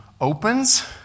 opens